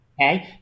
Okay